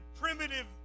primitive